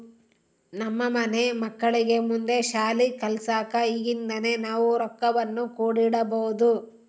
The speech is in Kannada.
ನಮ್ಮ ಮನೆ ಮಕ್ಕಳಿಗೆ ಮುಂದೆ ಶಾಲಿ ಕಲ್ಸಕ ಈಗಿಂದನೇ ನಾವು ರೊಕ್ವನ್ನು ಕೂಡಿಡಬೋದು